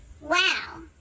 Wow